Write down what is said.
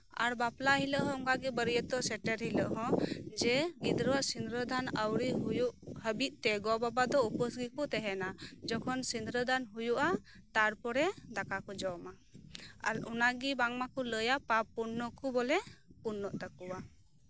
ᱟᱨ ᱵᱟᱯᱞᱟ ᱦᱤᱞᱳᱜ ᱦᱚᱸ ᱚᱱᱠᱟᱜᱮ ᱵᱟᱹᱨᱭᱟᱹ ᱛᱚᱜ ᱥᱮᱴᱮᱨ ᱦᱤᱞᱳᱜ ᱦᱚᱸ ᱡᱮ ᱜᱤᱫᱽᱨᱟᱹᱣᱟᱜ ᱥᱤᱸᱜᱽᱨᱟᱹᱫᱟᱱ ᱟᱹᱣᱨᱤ ᱦᱩᱭᱩᱜ ᱦᱟᱹᱵᱤᱡᱛᱮ ᱜᱚ ᱵᱟᱵᱟ ᱫᱚ ᱩᱯᱟᱹᱥ ᱜᱮᱠᱚ ᱛᱟᱦᱮᱱᱟ ᱡᱚᱠᱷᱚᱱ ᱥᱤᱸᱫᱽᱨᱟᱹ ᱫᱟᱱ ᱦᱩᱭᱩᱜᱼᱟ ᱛᱟᱨᱯᱚᱨᱮ ᱫᱟᱠᱟ ᱠᱚ ᱡᱚᱢᱟ ᱟᱨ ᱚᱱᱟᱜᱮ ᱠᱚ ᱞᱟᱹᱭᱟ ᱯᱟᱯ ᱯᱩᱱᱱᱚ ᱜᱮ ᱵᱚᱞᱮ ᱯᱩᱱᱱᱚ ᱛᱟᱠᱚᱣᱟ